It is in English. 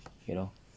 you know